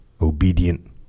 obedient